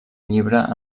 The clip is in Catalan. llibre